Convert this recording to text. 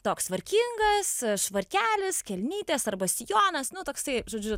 toks tvarkingas švarkelis kelnytės arba sijonas nu toksai žodžiu